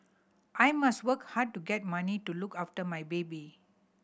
I must work hard to get money to look after my baby